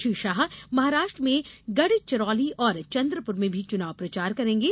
श्री शाह महाराष्ट्र में गढ़चिरौली और चन्द्रपुर में भी चुनाव प्रचार करेंगे